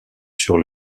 sur